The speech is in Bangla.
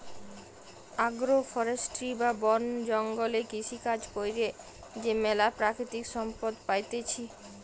আগ্রো ফরেষ্ট্রী বা বন জঙ্গলে কৃষিকাজ কইরে যে ম্যালা প্রাকৃতিক সম্পদ পাইতেছি